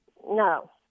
No